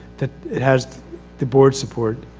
that it has the board's support,